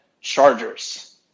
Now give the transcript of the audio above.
chargers